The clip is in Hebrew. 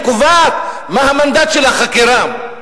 היא קובעת מה המנדט של החקירה.